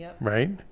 right